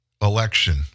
election